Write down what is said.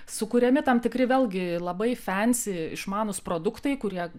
sukuriami tam tikri vėlgi labai fensi išmanūs produktai kurie